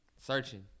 Searching